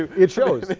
it shows.